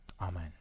Amen